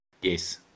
Yes